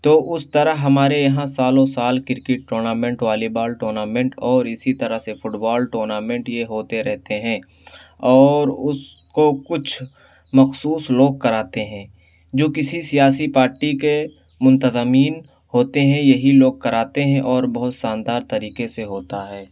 تو اس طرح ہمارے یہاں سالوں سال cricket tournament volleyball tournament اور اسی طرح سے فٹ بال ٹورنامنٹ یہ ہوتے رہتے ہیں اور اس کو کچھ مخصوص لوگ کراتے ہیں جو کسی سیاسی پارٹی کے منتظمین ہوتے ہیں یہی لوگ کراتے ہیں اور بہت شاندار طریقے سے ہوتا ہے